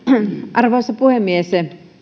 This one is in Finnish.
arvoisa puhemies